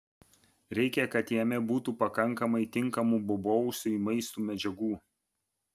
reikia kad jame būtų pakankamai tinkamų bobausiui maisto medžiagų